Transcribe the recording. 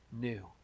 new